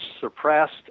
suppressed